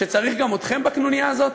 שצריך גם אתכם בקנוניה הזאת?